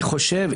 אני חושב,